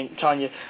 Tanya